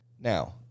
now